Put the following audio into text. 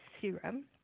serum